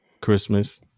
Christmas